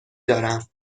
دارم